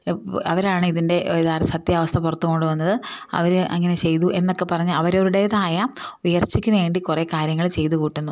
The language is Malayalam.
അവരാണ് ഇതിൻ്റെ യഥാർത്ഥ സത്യാവസ്ഥ പുറത്ത് കൊണ്ട് വന്നത് അവർ അങ്ങനെ ചെയ്തു എന്നൊക്കെ പറഞ്ഞു അവരവരുടേതായ ഉയർച്ചയ്ക്ക് വേണ്ടി കുറേ കാര്യങ്ങൾ ചെയ്തു കൂട്ടുന്നു